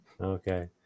okay